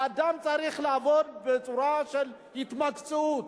האדם צריך לעבוד בצורה של התמקצעות.